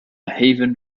haven